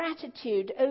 gratitude